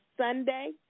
Sunday